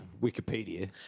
Wikipedia